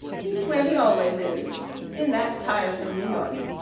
he's where he always is in that tiresome new york.